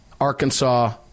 Arkansas